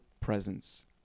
presence